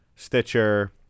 Stitcher